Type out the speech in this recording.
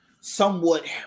somewhat